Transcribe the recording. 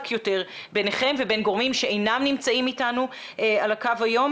יותר ביניכם ובין גורמים שאינם נמצאים איתנו על הקו היום.